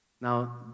Now